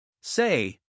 Say